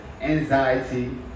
anxiety